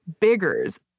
Biggers